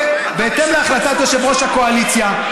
ובהתאם להחלטת יושב-ראש הקואליציה,